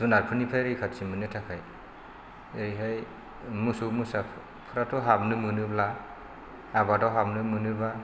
जुनारफोरनिफ्राय रैखाथि मोननो थाखाय ओरैहाय मोसौ मोसाफोराथ' हाबनो मोनोब्ला आबादाव हाबनो मोनोबा